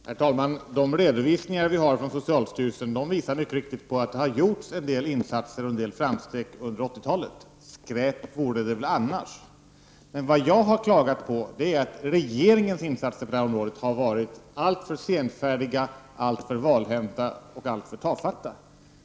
Herr talman! De redovisningar vi har från socialstyrelsen visar mycket riktigt att det har gjorts en del insatser och framsteg under 80-talet. Skräp vore det väl annars. Jag har däremot klagat på att regeringens insatser på det här området har varit alltför senfärdiga, valhänta och tafatta.